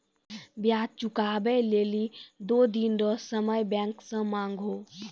ब्याज चुकबै लेली दो दिन रो समय बैंक से मांगहो